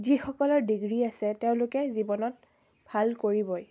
যিসকলৰ ডিগ্ৰী আছে তেওঁলোকে জীৱনত ভাল কৰিবই